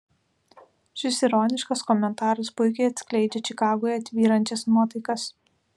šis ironiškas komentaras puikiai atskleidžia čikagoje tvyrančias nuotaikas